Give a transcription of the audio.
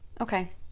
Okay